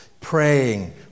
praying